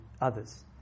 others